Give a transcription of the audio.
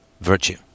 virtue